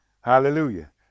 Hallelujah